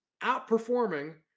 outperforming